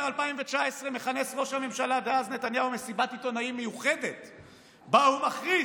הם ביקשו אורכה מבג"ץ לתת תשובה, הם ביקשו,